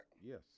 yes